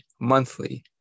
monthly